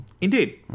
Indeed